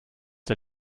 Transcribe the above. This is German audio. der